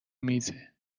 میزه